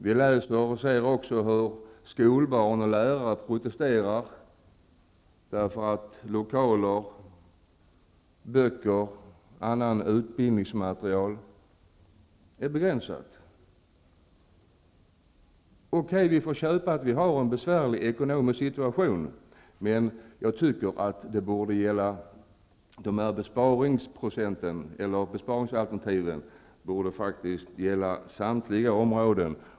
Vi läser och ser också hur skolbarn och lärare protesterar därför att lokaler, böcker och annan utbildningsmateriel är begränsade. Okej, vi får köpa att vi har en besvärlig ekonomisk situation. Men jag tycker att de här besparingsalternativen borde gälla samtliga områden.